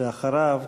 ואחריו,